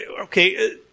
okay